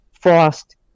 Frost